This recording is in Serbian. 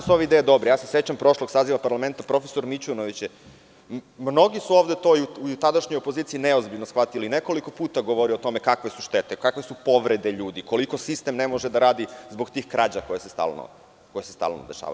Sećam se prošlog saziva parlamenta, profesor Mićunović, mnogi su ovde i u tadašnjoj opoziciji neozbiljno shvatili, nekoliko puta govorio o tome kakve su štete, kakve su povrede ljudi, koliko sistem ne može da radi zbog tih krađa koje se stalno dešavaju.